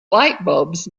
lightbulbs